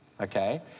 Okay